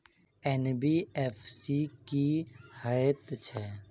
NBFC की हएत छै?